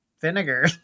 vinegar